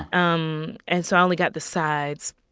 um and so i only got the sides,